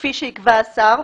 כפי שיקבע השר,